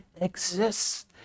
exists